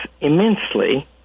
immensely